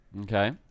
Okay